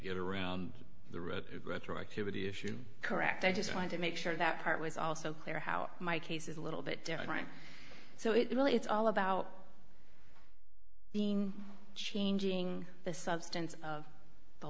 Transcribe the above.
get around the retroactivity issue correct i just want to make sure that part was also clear how my case is a little bit different so it really it's all about being changing the substance of the